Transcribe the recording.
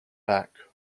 back